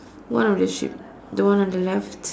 one of the ship the one on the left